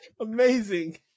Amazing